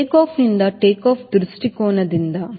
ಇದು ಟೇಕ್ಆಫ್ನಿಂದ ಟೇಕ್ಆಫ್ ದೃಷ್ಟಿಕೋನದಿಂದ